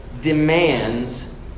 demands